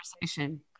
conversation